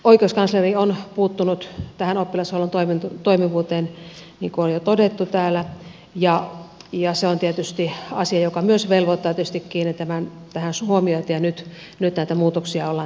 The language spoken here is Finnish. oikeuskansleri on puuttunut tähän oppilashuollon toimivuuteen niin kuin on jo todettu täällä ja se on tietysti asia joka myös velvoittaa kiinnittämään tähän huomiota ja nyt näitä muutoksia ollaan tekemässä